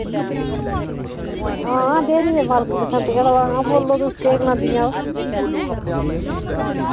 हां डेरी दे मालक बसंतगढ़ दा महा बोल्लो तुस केह् ग्लांदियां ओ